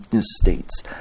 states